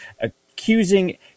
accusing